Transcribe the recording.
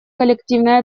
коллективной